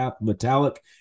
metallic